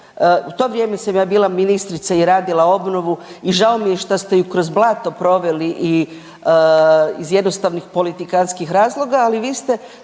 u to vrijeme sam ja bila ministrica i radila obnovu i žao mi je šta ste ju kroz blato proveli i iz jednostavnih politikantskih razloga, ali vi ste